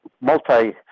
multi